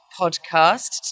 podcast